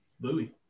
Louis